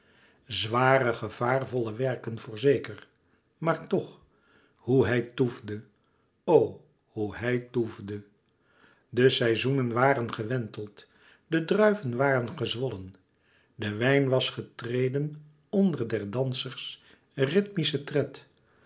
zware gevaarvolle werken voorzeker maar toch hoe hij toefde o hoe hij toefde de seizoenen waren gewenteld de druiven waren gezwollen de wijn was getreden onder der dansers rythmischen tred